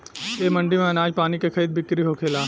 ए मंडी में आनाज पानी के खरीद बिक्री होखेला